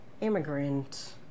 immigrant